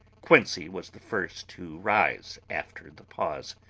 quincey was the first to rise after the pause.